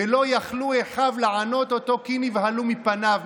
ולא יכלו אחיו לענות אותו כי נבהלו מפניו.